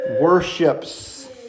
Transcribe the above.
worships